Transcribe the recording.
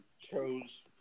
chose